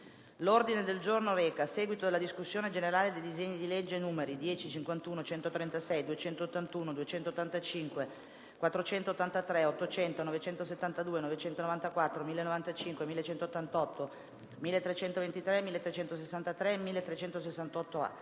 del giorno reca il seguito della discussione dei disegni di legge nn. 10, 51, 136, 281, 285, 483, 800, 972, 994, 1095, 1188, 1323, 1363 e 1368,